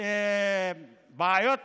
בעיות תנועה,